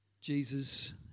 Jesus